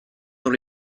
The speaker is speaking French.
dans